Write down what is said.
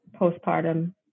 postpartum